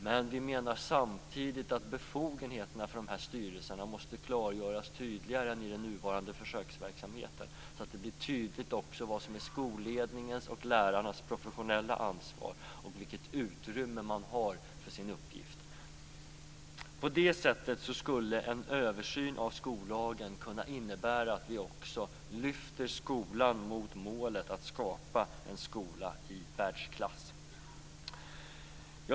Men vi menar samtidigt att befogenheterna för de här styrelserna måste klargöras tydligare än i den nuvarande försöksverksamheten så att det blir tydligt också vad som är skolledningens och lärarnas professionella ansvar och vilket utrymme man har för sin uppgift. På det sättet skulle en översyn av skollagen kunna innebära att vi också lyfter skolan mot målet att skapa en skola i världsklass.